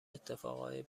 اتفاقای